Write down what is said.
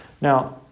Now